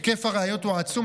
היקף הראיות הוא עצום,